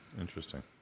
Interesting